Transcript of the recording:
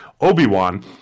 Obi-Wan